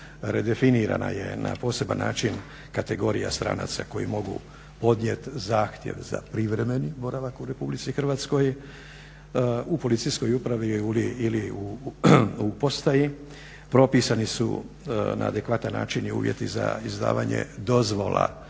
Redefinirana je na poseban način kategorija stranaca koji mogu podnijeti zahtjev za privremeni boravak u RH u policijskoj upravi ili postaji, propisani su na adekvatan način i uvjeti za izdavanje dozvola